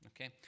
okay